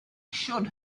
should